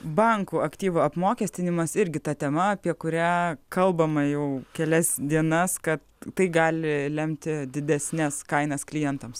bankų aktyvų apmokestinimas irgi ta tema apie kurią kalbama jau kelias dienas kad tai gali lemti didesnes kainas klientams